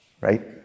right